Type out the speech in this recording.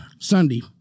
Sunday